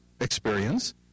experience